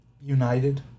United